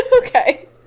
Okay